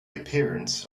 appearance